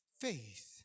Faith